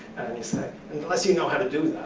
and you say, and unless you know how to do